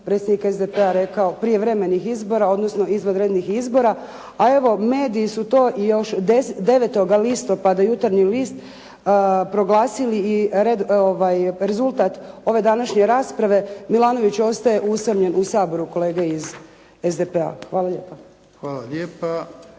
predsjednik SDP-a rekao prijevremenih izbora, odnosno izvanrednih izbora, a evo mediji su to i još 9. listopada "Jutarnji list" proglasili rezultat ove današnje rasprave. Milanović ostaje usamljen u Saboru kolege iz SDP-a. Hvala lijepa. **Jarnjak,